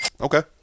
Okay